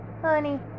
Honey